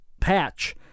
patch